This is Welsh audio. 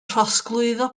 trosglwyddo